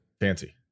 fancy